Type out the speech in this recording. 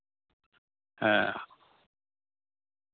ᱦᱮᱸ